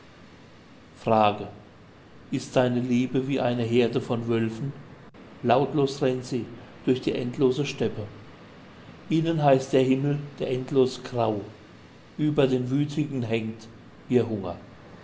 frage ist deine liebe wie eine herde von wölfen lautlos rennt sie durch die endlose steppe ihnen heißt der himmel der endlos grau über den wütigen hängt ihr hunger